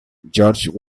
george